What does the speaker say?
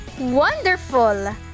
wonderful